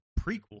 prequel